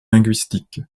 linguistique